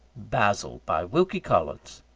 basil by wilkie collins